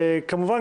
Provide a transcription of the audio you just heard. כמובן,